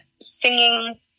singing